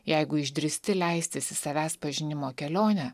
jeigu išdrįsti leistis į savęs pažinimo kelionę